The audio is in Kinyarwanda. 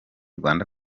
rwanda